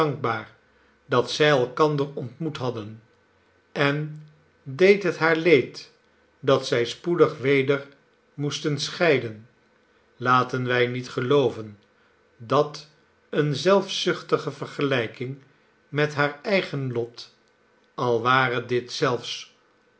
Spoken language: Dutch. dat zij elkander ontmoet hadden en deed het haar leed dat zij spoedig weder moesten scheiden laten wij niet gelooven dat eene zelfzuchtige vergelijking met haar eigen lot al ware dit zelfs